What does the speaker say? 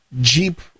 Jeep